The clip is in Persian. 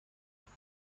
بدون